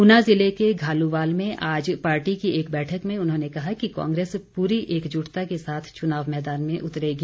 ऊना ज़िले के घालुवाल में आज पार्टी की एक बैठक में उन्होंने कहा कि कांग्रेस पूरी एकजुटता के साथ चुनाव मैदान में उतरेगी